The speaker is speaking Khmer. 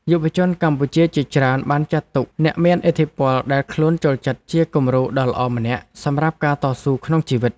យុវជនកម្ពុជាជាច្រើនបានចាត់ទុកអ្នកមានឥទ្ធិពលដែលខ្លួនចូលចិត្តជាគំរូដ៏ល្អម្នាក់សម្រាប់ការតស៊ូក្នុងជីវិត។